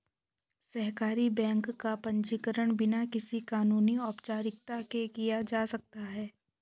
सहकारी बैंक का पंजीकरण बिना किसी कानूनी औपचारिकता के किया जा सकता है